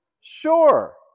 Sure